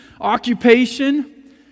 occupation